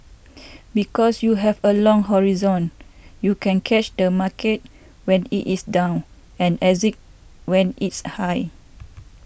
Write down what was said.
because you have a long horizon you can catch the market when it is down and exit when it's high